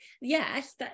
yes